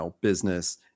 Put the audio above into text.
business